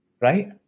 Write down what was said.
right